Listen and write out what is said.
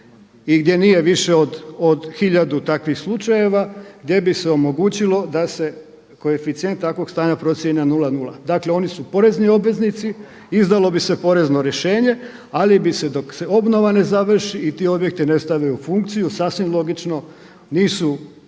i gdje nije više od hiljadu takvih slučajeva gdje bi se omogućilo da se koeficijent takvog stanja procijeni na 0.0. Dakle, oni su porezni obveznici. Izdalo bi se porezno rješenje, ali bi se dok se obnova ne završi i ti objekti ne stave u funkciju sasvim logično nisu